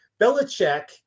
Belichick